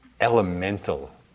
elemental